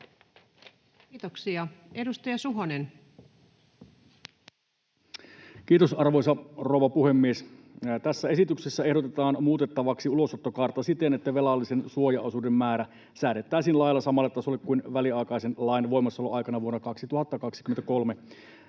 Time: 18:42 Content: Kiitos, arvoisa rouva puhemies! Tässä esityksessä ehdotetaan muutettavaksi ulosottokaarta siten, että velallisen suojaosuuden määrä säädettäisiin lailla samalle tasolle kuin väliaikaisen lain voimassaoloaikana vuonna 2023.